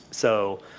so,